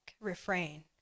refrain